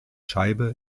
scheibe